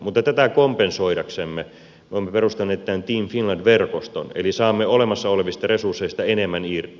mutta tätä kompensoidaksemme olemme perustaneet tämän team finland verkoston eli saamme olemassa olevista resursseista enemmän irti